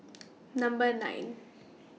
Number nine